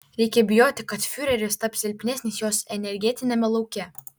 reikia bijoti kad fiureris taps silpnesnis jos energetiniame lauke